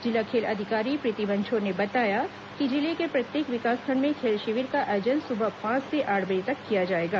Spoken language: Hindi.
जिला खेल अधिकारी प्रीति बंछोर ने बताया कि जिले के प्रत्येक विकासखंड में खेल शिविर का आयोजन सुबह पांच से आठ बजे तक किया जाएगा